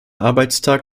arbeitstag